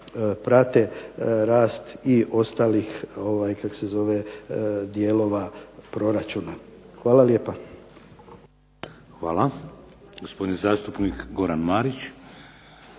prate rast i ostalih dijelova proračuna. Hvala lijepa. **Šeks, Vladimir (HDZ)** Hvala. Gospodin zastupnik Goran Marić.